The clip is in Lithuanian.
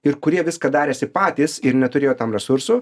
ir kurie viską darėsi patys ir neturėjo tam resursų